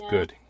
Good